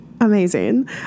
Amazing